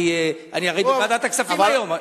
אני הרי בוועדת הכספים היום.